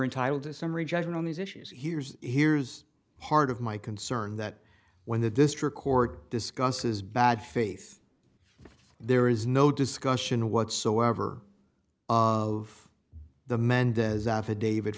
entitled to summary judgment on these issues here's here's part of my concern that when the district court discusses bad faith there is no discussion whatsoever of the mendez affidavit